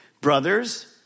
Brothers